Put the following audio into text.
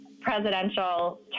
presidential